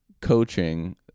coaching